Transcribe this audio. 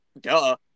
duh